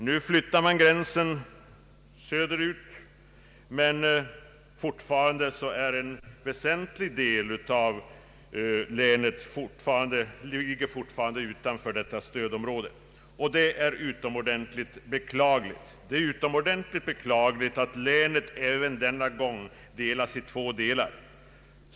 Nu flyttar man gränsen söderut, men fortfarande är en väsentlig del av länet utanför detta stödområde. Det är utomordentligt beklagligt att länet även denna gång delas i två delar.